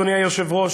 אדוני היושב-ראש,